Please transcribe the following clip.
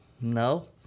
No